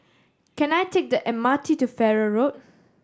can I take the M R T to Farrer Road